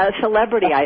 celebrity